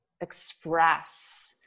express